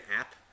app